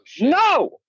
No